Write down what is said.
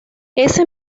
ese